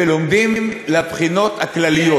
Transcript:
ולומדים לבחינות הכלליות.